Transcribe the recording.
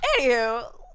Anywho